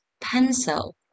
Pencil